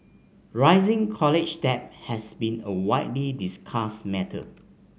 rising college debt has been a widely discussed matter